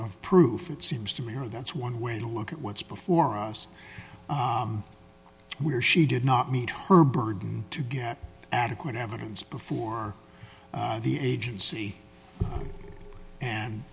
of proof it seems to me or that's one way to look at what's before us we are she did not meet her burden to get adequate evidence before the agency and